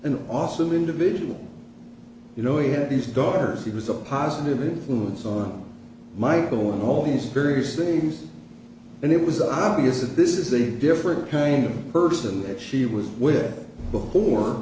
an awesome individual you know he had these daughters he was a positive influence on michael on all these various things and it was obvious that this is a different kind of person that she was with before